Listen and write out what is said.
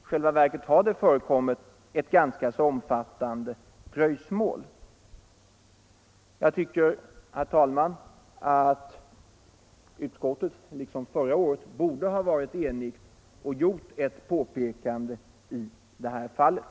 I själva verket har det förekommit ett ganska omfattande dröjsmål. Jag tycker, herr talman, att utskottet liksom förra året borde varit enigt och gjort ett påpekande i det här fallet.